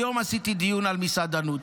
היום עשיתי דיון על מסעדנות.